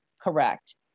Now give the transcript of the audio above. correct